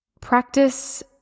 Practice